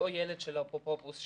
הילד של האפוטרופוס,